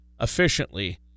efficiently